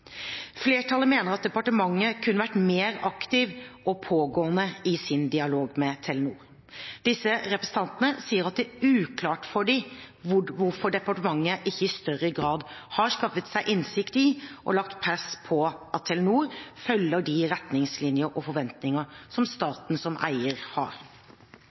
Flertallet mener at departementet kunne vært mer aktiv og pågående i sin dialog med Telenor. Disse representantene sier at det er uklart for dem hvorfor departementet ikke i større grad har skaffet seg innsikt i og lagt press på at Telenor følger de retningslinjer og forventninger som staten som eier har.